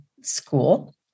school